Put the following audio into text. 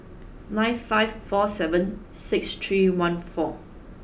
nine five four seven six three one four